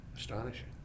Astonishing